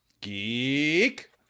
geek